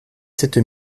sept